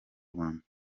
rwanda